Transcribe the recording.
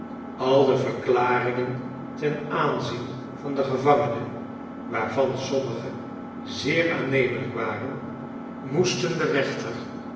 al de verklaringen ten aanzien van den gevangene waarvan sommige zeer aannemelijk waren moesten den rechter